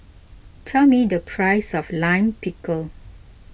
tell me the price of Lime Pickle